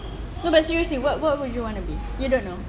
no but seriously what what would you wanna be you don't know